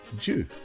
Jew